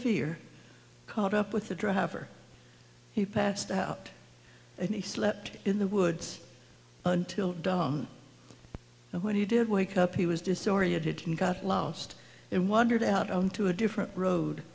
fear caught up with the driver he passed out and he slept in the woods until dawn and when he did wake up he was disoriented he got lost and wandered out onto a different road